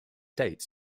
dates